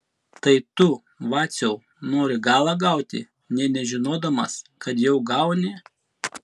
tai tu vaciau nori galą gauti nė nežinodamas kad jau gauni